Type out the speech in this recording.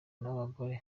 n’abagore